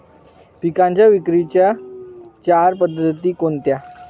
पिकांच्या विक्रीच्या चार पद्धती कोणत्या?